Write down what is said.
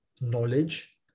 knowledge